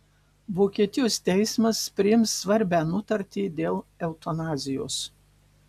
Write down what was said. vokietijos teismas priims svarbią nutartį dėl eutanazijos